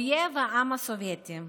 אויב העם הסובייטי,